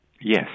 Yes